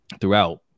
throughout